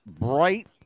bright